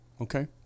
Okay